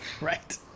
right